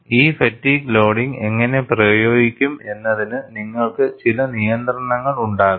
ഈ fatigue loading എങ്ങനെ പ്രയോഗിക്കും എന്നതിന് നിങ്ങൾക്ക് ചില നിയന്ത്രണങ്ങൾ ഉണ്ടാകും